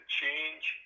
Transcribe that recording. change